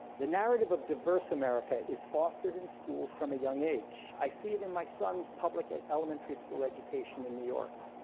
the narrative of diverse america is fostered in schools from a young age. i see it in my son's public elementary school education in new york,